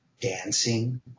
dancing